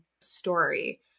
story